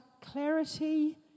clarity